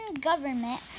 government